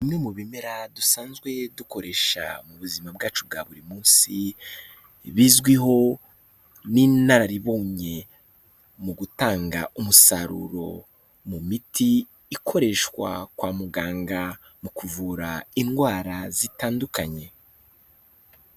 Bimwe mu bimera dusanzwe dukoresha mu buzima bwacu bwa buri munsi, bizwiho n'inararibonye mu gutanga umusaruro mu miti, ikoreshwa kwa muganga mu kuvura indwara zitandukanye.